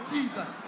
Jesus